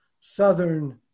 southern